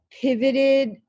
pivoted